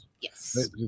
Yes